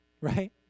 Right